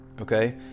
Okay